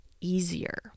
easier